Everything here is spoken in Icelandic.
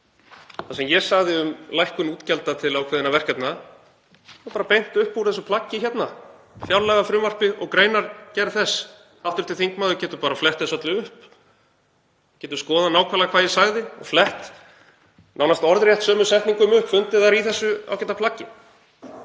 Það sem ég sagði um lækkun útgjalda til ákveðinna verkefna er bara beint upp úr þessu plaggi hérna, fjárlagafrumvarpi og greinargerð þess. Hv. þingmaður getur bara flett þessu öllu upp, getur skoðað nákvæmlega hvað ég sagði, flett nánast orðrétt sömu setningum upp, fundið þær í þessu ágæta plaggi.